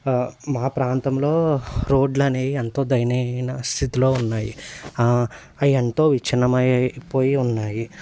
మా ప్రాంతంలో రోడ్లు అనేవి ఎంతో దయనీయమైన స్థితిలో ఉన్నాయి అవి ఎంతో విచ్ఛిన్నమైపోయి ఉన్నాయి